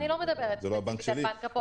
אני לא מדברת ספציפית על בנק הפועלים,